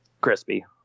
Crispy